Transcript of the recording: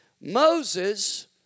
Moses